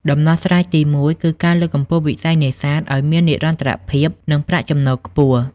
ដំណោះស្រាយទីមួយ គឺការលើកកម្ពស់វិស័យនេសាទឲ្យមាននិរន្តរភាព និងប្រាក់ចំណូលខ្ពស់។